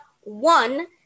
one